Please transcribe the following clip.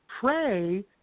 pray